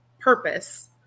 purpose